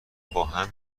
باهم